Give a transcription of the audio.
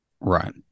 Right